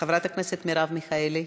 חברת הכנסת מרב מיכאלי,